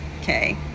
Okay